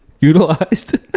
utilized